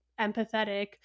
empathetic